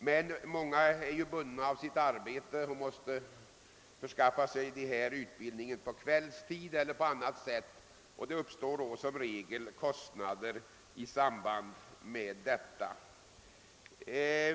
Många vuxna är emellertid bundna av sitt arbete och måste skaffa sig en utbildning på kvällarna eller på annat sätt, och i samband härmed uppstår som regel en del kostnader.